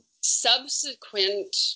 subsequent